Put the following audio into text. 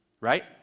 Right